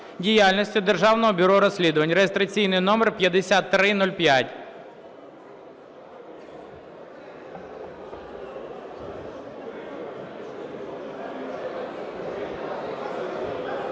діяльності Державного бюро розслідувань (реєстраційний номер 5305).